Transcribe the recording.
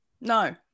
No